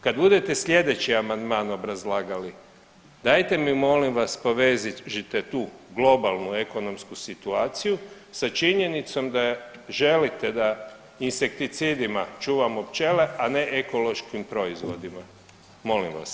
Kad budete sljedeći amandman obrazlagali, dajte mi molim vas povežite tu globalnu ekonomsku situaciju sa činjenicom da želite da insekticidima čuvamo pčele, a ne ekološkim proizvodima, molim vas.